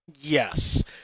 Yes